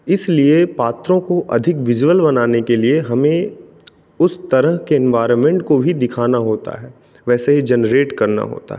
इसलिए पात्रों को अधिक विज़िबल बनाने के लिए हमें उस तरह के एनवायरनमेंट को भी दिखाना होता है वैसे ही जेनरेट करना होता है